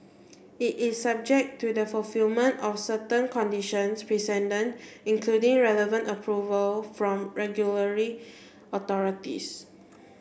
it is subject to the fulfilment of certain conditions precedent including relevant approval from regulatory authorities